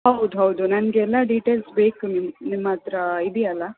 ಹೌದ್ಹೌದು ನನಗೆಲ್ಲ ಡೀಟೇಲ್ಸ್ ಬೇಕು ನಿಮ್ಮ ಹತ್ರ ಇದೆಯಲ್ಲ